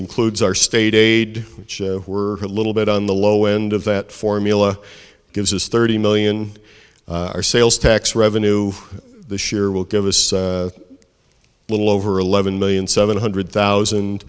includes our state aid which were a little bit on the low end of that formula gives us thirty million our sales tax revenue the share will give us a little over eleven million seven hundred thousand